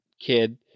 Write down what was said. kid